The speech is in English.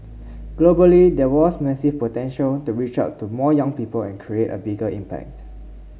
globally there was massive potential to reach out to more young people and create a bigger impact